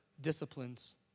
disciplines